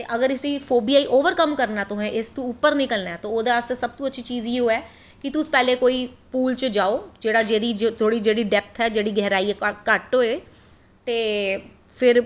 अगर इस फोबियां गी ओवरकम करनां तुसें इस तों उप्पर निकलनां ऐं तां ओह्दे आस्तै सब तों अच्छी चीज़ इयो ऐ कि तुस पैह्लें कोई पूल च जाओ जेह्दी डैप्थ ऐ जेह्दी गैह्राई घट्ट होऐ थे फिर